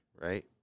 right